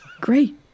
Great